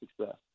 success